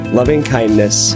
loving-kindness